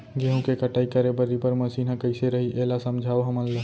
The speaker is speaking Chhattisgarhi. गेहूँ के कटाई करे बर रीपर मशीन ह कइसे रही, एला समझाओ हमन ल?